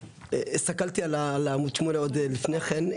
הסתכלתי על עמוד 8 עוד לפני כן,